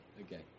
Okay